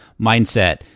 mindset